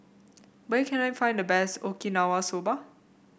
where can I find the best Okinawa Soba